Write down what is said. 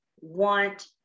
want